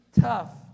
tough